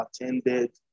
attended